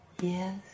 Yes